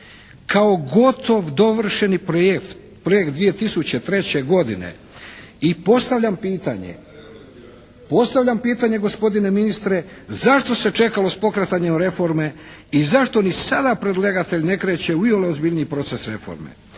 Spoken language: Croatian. kao gotov dovršeni projekt 2003. godine. I postavljam pitanje gospodine ministre zašto se čekao s pokretanjem reforme i zašto ni sada predlagatelj ne kreće u iole ozbiljniji proces reforme?